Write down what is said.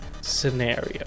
scenario